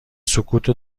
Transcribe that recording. سکوتو